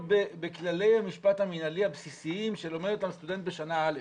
בכללי המשפט המנהלי הבסיסיים שלומד אותם סטודנט בשנה א',